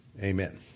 Amen